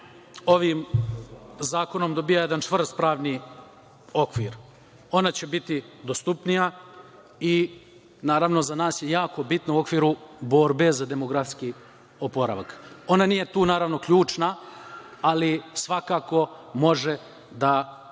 ovim zakonom dobija jedan čvrst pravni okvir. Ona će biti dostupnija i naravno za nas je jako bitno u okviru borbe za demografski oporavak. Ona nije naravno tu ključna, ali svakako može da da